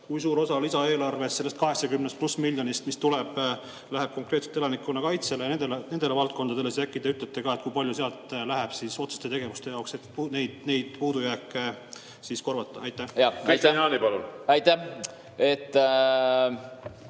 kui suur osa lisaeelarvest, sellest 80+ miljonist, mis tuleb, läheb konkreetselt elanikkonnakaitsele ja nendele valdkondadele, siis äkki te ütlete ka seda, kui palju sealt läheb otseste tegevuste jaoks, et neid puudujääke korvata? Suur tänu!